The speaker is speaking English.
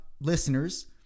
listeners